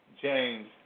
James